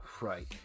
right